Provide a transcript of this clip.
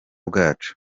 bwacu